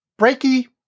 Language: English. Breaky